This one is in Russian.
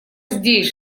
здесь